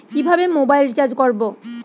কিভাবে mobile recharge করব?